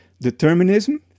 determinism